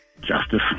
Justice